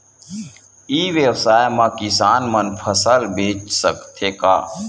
ई व्यवसाय म किसान मन फसल बेच सकथे का?